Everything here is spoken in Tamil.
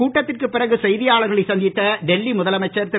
கூட்டத்திற்கு பிறகு செய்தியாளர்களை சந்தித்த டெல்லி முதலமைச்சர் திரு